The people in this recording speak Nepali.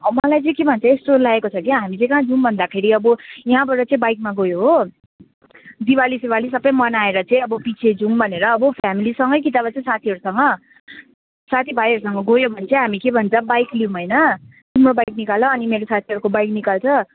मलाई चाहिँ के भन्छ यस्तो लागेको छ कि हामी चाहिँ कहाँ जौँ भन्दाखेरि अब यहाँबाट चाहिँ बाइकमा गयो हो दीपवली सिवाली सबै मनाएर चाहिँ अब पछि जौँ भनेर अब फ्यामिलीसँग कि चाहिँ साथीहरूसँग साथी भाइहरूसँग गयो भने चाहिँ हामी के भन्छ बाइक लिऊँ होइन तिम्रो बाइक निकाल अनि मेरो साथीहरूको बाइक निकाल्छ